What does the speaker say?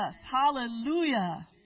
Hallelujah